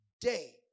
day